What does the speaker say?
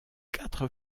quatre